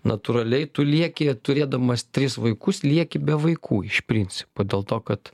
natūraliai tu lieki turėdamas tris vaikus lieki be vaikų iš principo dėl to kad